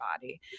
body